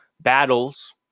battles